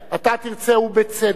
ובצדק,